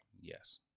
Yes